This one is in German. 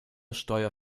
steuer